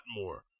more